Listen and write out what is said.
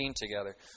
together